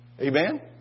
Amen